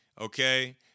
okay